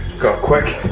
go quick.